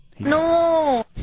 No